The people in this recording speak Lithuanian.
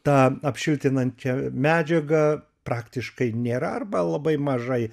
ta apšiltinančia medžiaga praktiškai nėra arba labai mažai